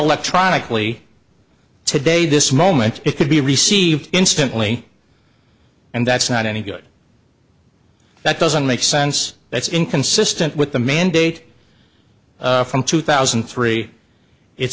electronically today this moment it could be received instantly and that's not any good that doesn't make sense that's inconsistent with the mandate from two thousand and three it's